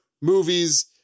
movies